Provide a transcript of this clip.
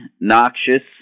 noxious